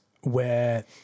where-